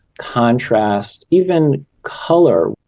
contrast, even colour.